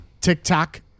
TikTok